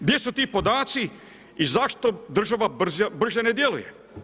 Gdje su ti podaci i zašto država brže ne djeluje?